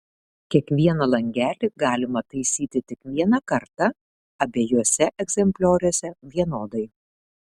kiekvieną langelį galima taisyti tik vieną kartą abiejuose egzemplioriuose vienodai